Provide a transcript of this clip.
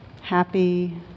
happy